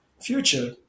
future